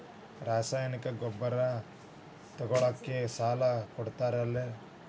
ರಾಸಾಯನಿಕ ಗೊಬ್ಬರ ತಗೊಳ್ಳಿಕ್ಕೆ ಸಾಲ ಕೊಡ್ತೇರಲ್ರೇ?